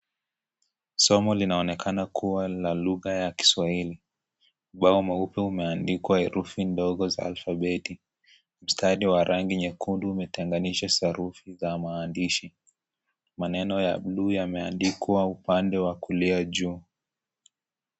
Somo linaonekana kuwa la lugha ya Kiswahili mbao mweupe umeandikwa herufi ndogo za alfabeti, stadi wa rangi nyekundu umetengalisha sarufi za maandishi. Maneno ya bluu yameandikwa upande wa kulia juu.